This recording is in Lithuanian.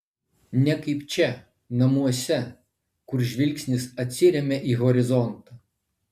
ne kaip čia namuose kur žvilgsnis atsiremia į horizontą